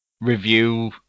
review